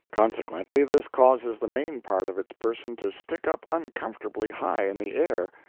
consequently this causes the main part of its person to stick up uncomfortably high in the air,